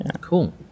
Cool